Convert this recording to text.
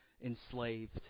enslaved